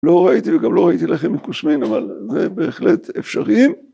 לא ראיתי, וגם לא ראיתי לחם מכוסמין אבל זה בהחלט אפשרי, אם...